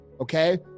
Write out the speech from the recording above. okay